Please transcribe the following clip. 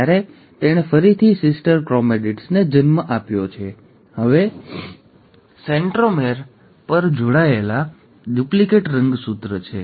ત્યારે તેણે ફરીથી સિસ્ટર ક્રોમેટિડ્સને જન્મ આપ્યો જે હવે સેન્ટ્રોમેર પર જોડાયેલ ડુપ્લિકેટ રંગસૂત્ર છે